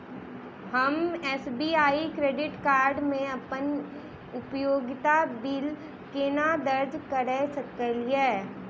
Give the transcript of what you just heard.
हम SBI credit card मे अप्पन उपयोगिता बिल केना दर्ज करऽ सकलिये?